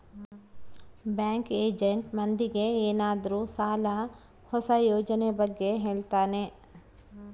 bank agent ಮಂದಿಗೆ ಏನಾದ್ರೂ ಸಾಲ ಹೊಸ ಯೋಜನೆ ಬಗ್ಗೆ ಹೇಳ್ತಾನೆ